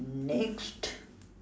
next